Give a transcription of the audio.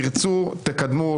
תרצו תקדמו.